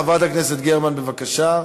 חברת הכנסת גרמן, בבקשה.